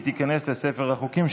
תוצאות ההצבעה הן 34 בעד,